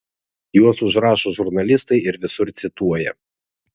juos užrašo žurnalistai ir visur cituoja